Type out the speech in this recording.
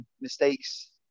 mistakes